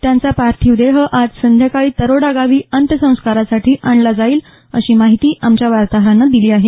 त्यांचा पार्थीव देह आज संध्याकाळी तरोडा गावी अंत्यसंस्कारासाठी आला जाईल अशी माहिती आमच्या वार्ताहरानं दिली आहे